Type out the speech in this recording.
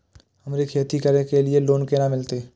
हमरा खेती करे के लिए लोन केना मिलते?